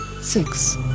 six